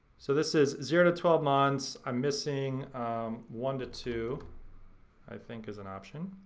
so this is zero to twelve months. i'm missing one to to think is an option.